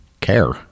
care